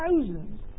thousands